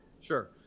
sure